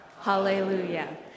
hallelujah